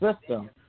system